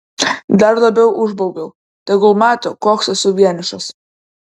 dar labiau užbaubiau tegul mato koks esu vienišas